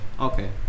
Okay